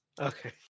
Okay